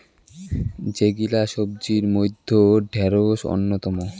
যেগিলা সবজির মইধ্যে ঢেড়স অইন্যতম